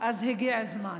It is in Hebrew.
הגיע הזמן.